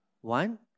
One